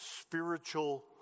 Spiritual